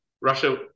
Russia